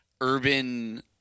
Urban